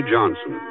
Johnson